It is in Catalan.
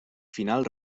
final